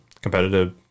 competitive